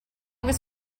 was